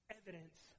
evidence